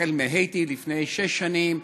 החל מהאיטי לפני שש שנים,